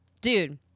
Dude